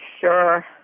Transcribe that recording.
sure